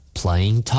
playing